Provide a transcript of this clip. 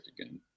again